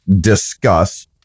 discuss